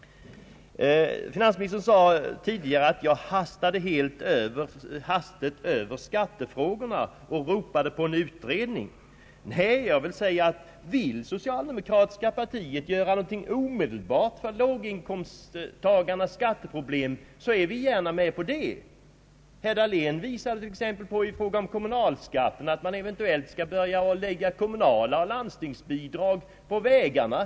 Finansministern sade tidigare att jag hastade förbi skattefrågorna och ropade på en utredning. Jag vill säga att om socialdemokratiska partiet omedelbart vill göra någonting åt låginkomsttagarnas skatteproblem, är vi gärna med på detta. Herr Dahlén erinrade till exempel i fråga om kommunalskatten att man eventuellt skulle lägga en del av kostnaderna för vägunderhållet på kommuner och landsting.